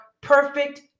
perfect